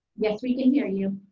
yes we can hear you.